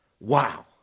Wow